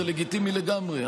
זה לגיטימי לגמרי,